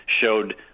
showed